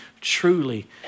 truly